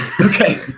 Okay